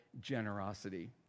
generosity